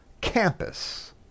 campus